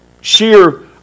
sheer